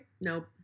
Nope